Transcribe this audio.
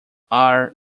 are